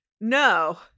No